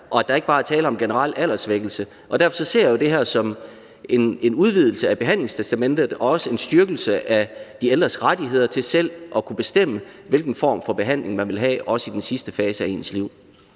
og at der bare er tale om generel alderssvækkelse? Derfor ser jeg jo det her som en udvidelse af behandlingstestamentet og også som en styrkelse af de ældres rettigheder til selv at kunne bestemme, hvilken form for behandling man vil have, også i den sidste fase af ens liv.